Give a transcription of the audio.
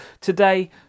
today